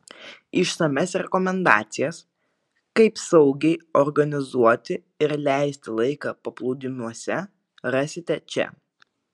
išsamias rekomendacijas kaip saugiai organizuoti ir leisti laiką paplūdimiuose rasite čia